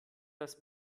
das